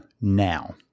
now